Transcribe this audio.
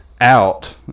out